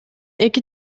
эки